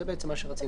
זה בעצם מה שרצינו.